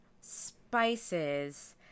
spices